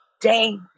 day